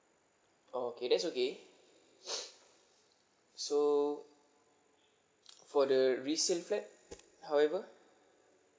oh okay that's okay so for the resale flat however